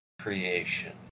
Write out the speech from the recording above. creation